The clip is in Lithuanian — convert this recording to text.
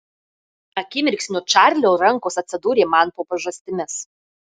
akimirksniu čarlio rankos atsidūrė man po pažastimis